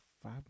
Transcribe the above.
five